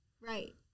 Right